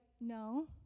no